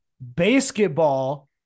Basketball